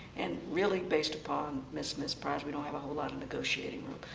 and really, based upon ms. smith's priors, we don't have a whole lot of negotiating room,